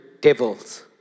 devils